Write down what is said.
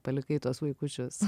palikai tuos vaikučius